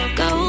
go